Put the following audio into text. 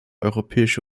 europäische